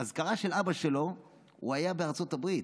באזכרה של אבא שלו הוא היה בארצות הברית.